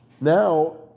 now